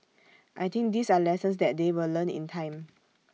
I think these are lessons that they will learn in time